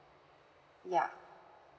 ya